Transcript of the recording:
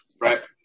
right